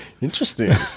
Interesting